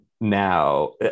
now